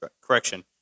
Correction